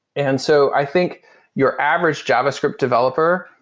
and so i think your average javascript developer,